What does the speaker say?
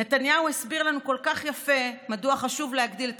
נתניהו הסביר לנו כל כך יפה מדוע חשוב להגדיל את